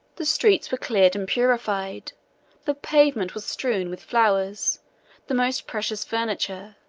the streets were cleared and purified the pavement was strewed with flowers the most precious furniture,